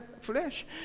flesh